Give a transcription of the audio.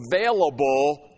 available